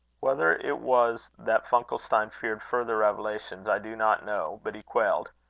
whether it was that funkelstein feared further revelations, i do not know, but he quailed.